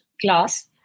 class